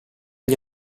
gli